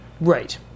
right